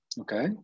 Okay